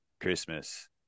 Christmas